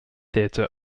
theatre